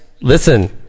listen